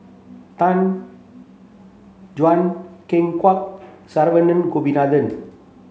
Tan Juan Ken Kwek Saravanan Gopinathan